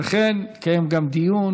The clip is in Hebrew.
וכן, יתקיים גם דיון